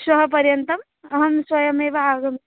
श्वः पर्यन्तम् अहं स्वयमेव आगमि